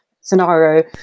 scenario